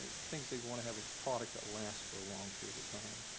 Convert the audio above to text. things they want to have a product that lasts for a long period of time.